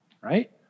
right